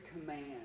command